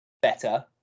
better